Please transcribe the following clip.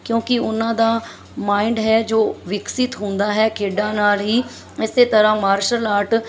ਕਿਉਂਕਿ ਉਹਨਾਂ ਦਾ ਮਾਇੰਡ ਹੈ ਜੋ ਵਿਕਸਿਤ ਹੁੰਦਾ ਹੈ ਖੇਡਾਂ ਨਾਲ ਹੀ ਇਸ ਤਰ੍ਹਾਂ ਮਾਰਸ਼ਲ ਆਰਟ